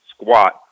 squat